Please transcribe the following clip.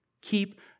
Keep